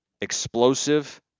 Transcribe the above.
explosive